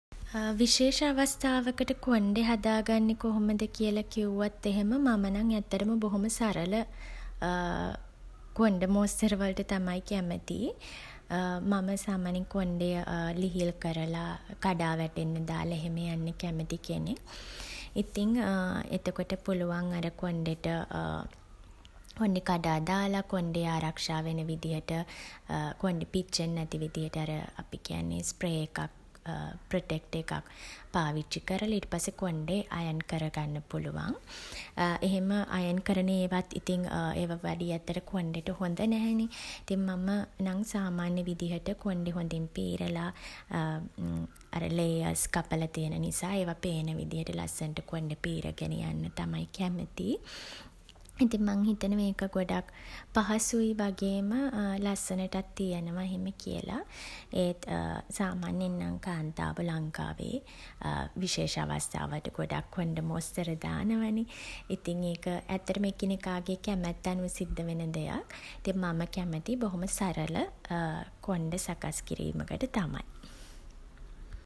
විශේෂ අවස්ථාවකට කොණ්ඩෙ හදාගන්නෙ කොහොමද කියලා කිව්වොත් එහෙම මම නම් ඇත්තටම බොහොම සරල කොණ්ඩ මෝස්තර වලට තමයි කැමති. මම සාමාන්‍යයෙන් කොණ්ඩෙ ලිහිල් කරලා කඩා වැටෙන්න දාල එහෙම යන්න කැමති කෙනෙක්. ඉතින් එතකොට පුළුවන් අර කොණ්ඩෙට කොණ්ඩෙ කඩා දාලා කොණ්ඩෙ ආරක්ෂා වෙන විදිහට කොණ්ඩෙ පිච්චෙන්නේ නැති විදිහට අර අපි කියන්නේ ස්ප්‍රේ එකක් ප්‍රොටෙක්ටර් එකක් පාවිච්චි කරලා ඊට පස්සේ කොණ්ඩෙ අයන් කරගන්න පුළුවන්. එහෙම අයන් කරන ඒවත් ඉතින් ඒවා වැඩිය ඇත්තට කොණ්ඩෙට හොඳ නෑ නේ. ඉතින් මම නම් සාමාන්‍ය විදිහට කොණ්ඩෙ හොඳින් පීරලා අර ලේයර්ස් කපලා තියෙන නිසා ඒවා පේන විදිහට ලස්සනට කොණ්ඩෙ පීරගෙන යන්න තමයි කැමති. ඉතින් මං හිතනවා ඒක ගොඩක් පහසුයි වගේම ලස්සනටත් තියනවා එහෙම කියලා. ඒත් සාමාන්‍යයෙන් නම් කාන්තාවෝ ලංකාවේ විශේෂ අවස්ථා වලට ගොඩක් කොණ්ඩ මෝස්‌තර දානවා නෙ. ඉතින් ඒක ඇත්තටම එකිනෙකාගේ කැමැත්ත අනුව සිද්ධ වෙන දෙයක්. ඉතින් මම කැමති බොහොම සරල කොණ්ඩ සකස් කිරීමකට තමයි.